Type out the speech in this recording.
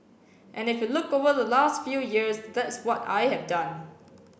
and if you look over the last few years that's what I have done